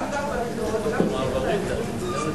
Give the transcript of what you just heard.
בבקשה, אדוני.